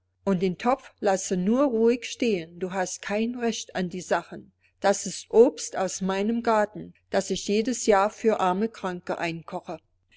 und den topf lasse du nur ruhig stehen du hast kein recht an die sachen das ist obst aus meinem garten das ich jedes jahr für arme kranke einkoche